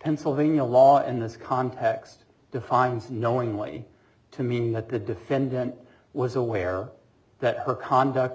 pennsylvania law in this context defines knowingly to mean that the defendant was aware that her conduct